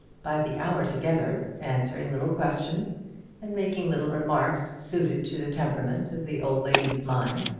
by the hour together, answering little questions and making little remarks suited to the temperament of the old lady's mind.